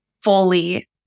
fully